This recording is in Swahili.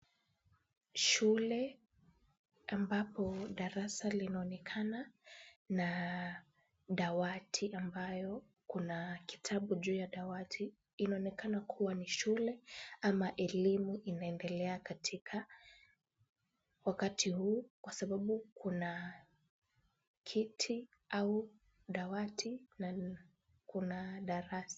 Shule ambapo darasa linaonekana na dawati ambayo kuna kitabu juu ya dawati. Inaonekana kuwa ni shule ama elimu inaendelea katika wakati huu kwa sababu kuna kiti au dawati na kuna darasa.